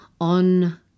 on